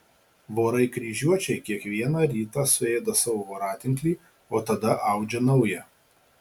vorai kryžiuočiai kiekvieną rytą suėda savo voratinklį o tada audžia naują